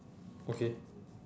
okay